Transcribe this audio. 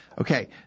Okay